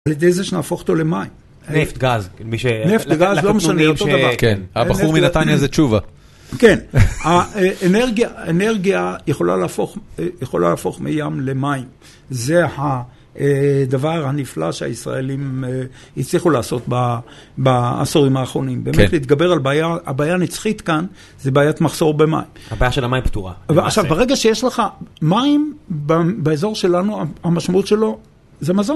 על ידי זה שנהפוך אותו למים. נפט, גז. נפט, גז, לא משנה אותו דבר. כן, הבחור מנתניה זה תשובה. כן, אנרגיה יכולה להפוך מים למים. זה הדבר הנפלא שהישראלים הצליחו לעשות בעשורים האחרונים. כן, באמת להתגבר על הבעיה הנצחית כאן, זו בעיית מחסור במים. הבעיה של המים פתורה. עכשיו, ברגע שיש לך מים באזור שלנו, המשמעות שלו זה מזון.